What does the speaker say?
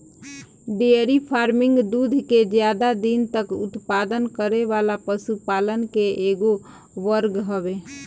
dairy farming दूध के ज्यादा दिन तक उत्पादन करे वाला पशुपालन के एगो वर्ग हवे